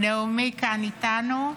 כאן איתנו.